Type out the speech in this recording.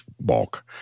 bulk